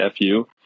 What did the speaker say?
FU